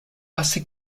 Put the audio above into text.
hace